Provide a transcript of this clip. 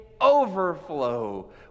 overflow